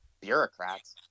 bureaucrats